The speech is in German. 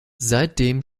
seitdem